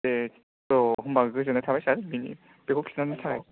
दे औ होनबा गोजोन्नाय थाबाय सार बेनि बेखौ खिन्थानायनि थाखाय